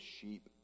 sheep